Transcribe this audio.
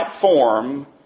form